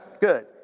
Good